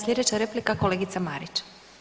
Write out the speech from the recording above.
Slijedeća replika kolegica Marić.